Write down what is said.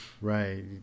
Right